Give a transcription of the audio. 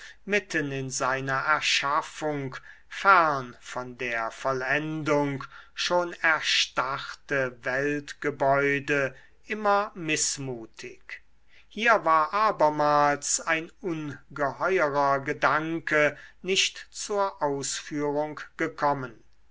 mitten in seiner erschaffung fern von der vollendung schon erstarrte weltgebäude immer mißmutig hier war abermals ein ungeheuerer gedanke nicht zur ausführung gekommen